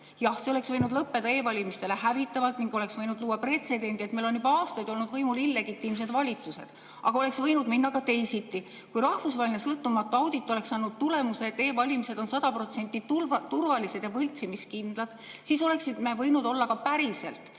Jah, see oleks võinud lõppeda e-valimistele hävitavalt ning oleks võinud luua pretsedendi, et meil on juba aastaid olnud võimul illegitiimsed valitsused, aga oleks võinud minna ka teisiti. Kui rahvusvaheline sõltumatu audit oleks andnud tulemuse, et e‑valimised on sada protsenti turvalised ja võltsimiskindlad, siis oleksime võinud esimese riigina